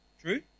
True